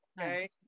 okay